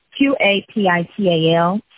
Q-A-P-I-T-A-L